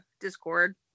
Discord